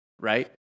right